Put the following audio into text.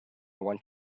want